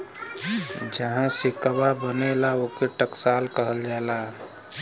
जहाँ सिक्कवा बनला, ओके टकसाल कहल जाला